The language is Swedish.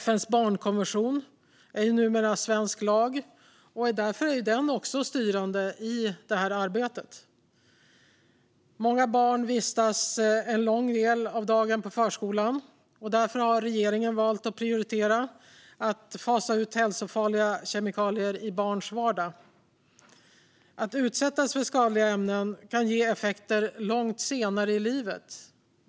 FN:s barnkonvention är ju numera svensk lag och är därför också styrande i detta arbete. Många barn vistas en stor del av dagen på förskolan, och därför har regeringen valt att prioritera att fasa ut hälsofarliga kemikalier i barns vardag. Att utsättas för skadliga ämnen kan ge effekter långt senare i livet.